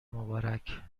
مبارک